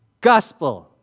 gospel